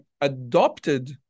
adopted